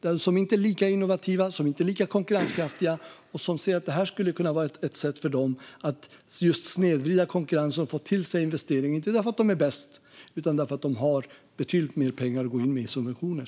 De är inte lika innovativa och inte lika konkurrenskraftiga och ser att det här kan vara ett sätt för dem att snedvrida konkurrensen och få till sig investeringar, inte för att de är bäst utan för att de har betydligt mycket mer pengar att gå in med i subventioner.